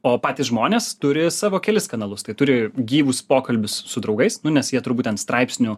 o patys žmonės turi savo kelis kanalus tai turi gyvus pokalbius su draugais nes jie turbūt ten straipsnių